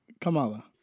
Kamala